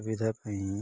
ସୁବିଧା ପାଇଁ